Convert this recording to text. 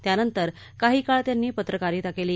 त्यानंतर काही काळ त्यांनी पत्रकारीता केली